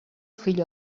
fill